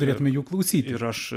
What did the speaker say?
turėtumėme jų klausyti ir aš